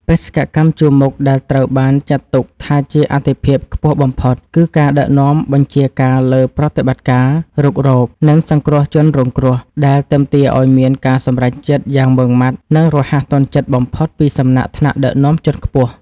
បេសកកម្មជួរមុខដែលត្រូវបានចាត់ទុកថាជាអាទិភាពខ្ពស់បំផុត គឺការដឹកនាំបញ្ជាការលើប្រតិបត្តិការរុករក និងសង្គ្រោះជនរងគ្រោះ ដែលទាមទារឱ្យមានការសម្រេចចិត្តយ៉ាងម៉ឺងម៉ាត់ និងរហ័សទាន់ចិត្តបំផុតពីសំណាក់ថ្នាក់ដឹកនាំជាន់ខ្ពស់។